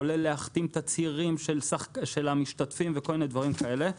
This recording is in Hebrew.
כולל להחתים תצהירים של המשתתפים וכל מיני דברים כאלה,